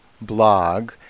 blog